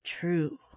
true